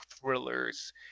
thrillers